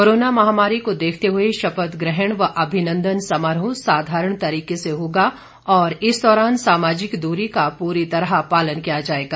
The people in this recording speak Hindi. कोरोना महामारी को देखते हुए शपथ ग्रहण व अभिनन्दन समारोह साधारण तरीके से होगा और इस दौरान सामाजिक दूरी का पूरी तरह पालन किया जाएगा